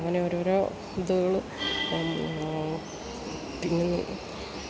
അങ്ങനെ ഓരോരോ ഇതുകൾ പിന്നെ